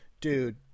dude